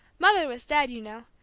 mother was dead, you know,